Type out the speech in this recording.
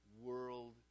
world